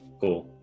Cool